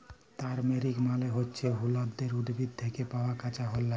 turmeric মালে হচ্যে হল্যদের উদ্ভিদ থ্যাকে পাওয়া কাঁচা হল্যদ